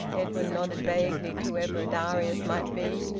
edwin nodded vaguely to wherever darius might be.